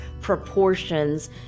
proportions